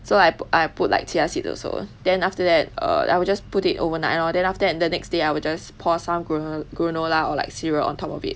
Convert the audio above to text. so I I put like chia seed also then after that err I will just put it overnight lor then after that the next day I will just pour some grano~ granola or like cereal on top of it